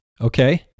okay